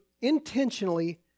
intentionally